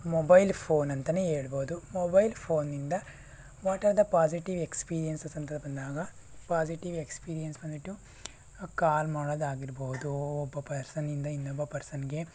mobile ಫೋನಂತಲೇ ಹೇಳ್ಬೋದು mobile ಫೋನಿಂದ what are the positive experiences ಅಂತ ಬಂದಾಗ ಪಾಸಿಟಿವ್ ಎಕ್ಷಪೀರಿಯನ್ಸ್ ಬಂದ್ಬಿಟ್ಟು ಕಾಲ್ ಮಾಡೋದಾಗಿರ್ಬೋದು ಒಬ್ಬ ಪರ್ಸನ್ನಿಂದ ಇನ್ನೊಬ್ಬ ಪರ್ಸನ್ಗೆ